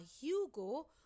Hugo